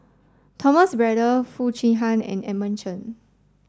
Thomas Braddell Foo Chee Han and Edmund Chen